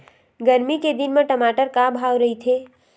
गरमी के दिन म टमाटर का भाव रहिथे?